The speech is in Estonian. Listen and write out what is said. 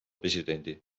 presidendi